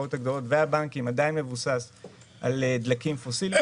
ההשקעות הגדולות והבנקים עדיין מבוסס על דלקים פוסיליים.